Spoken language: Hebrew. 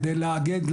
כדי לאגד,